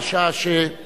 אני